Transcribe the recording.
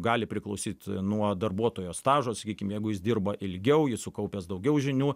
gali priklausyt nuo darbuotojo stažo sakykim jeigu jis dirba ilgiau jis sukaupęs daugiau žinių